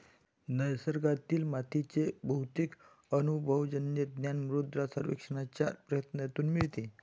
निसर्गातील मातीचे बहुतेक अनुभवजन्य ज्ञान मृदा सर्वेक्षणाच्या प्रयत्नांतून मिळते